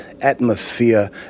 atmosphere